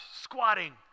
squatting